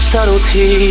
Subtlety